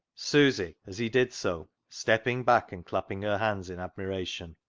susy, as he did so, stepping back and clapping her hands in admiration.